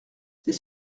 c’est